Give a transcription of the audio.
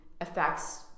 affects